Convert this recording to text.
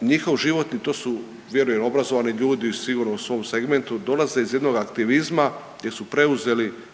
njihovi životi, to su, vjerujem obrazovani ljudi sigurno u svom segmentu, dolaze iz jednog aktivizma gdje su preuzeli